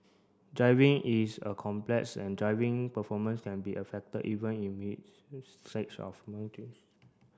driving is a complex and driving performance can be affected even in of